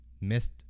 missed